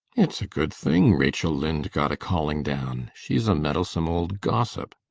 it's a good thing rachel lynde got a calling down she's a meddlesome old gossip,